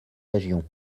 régions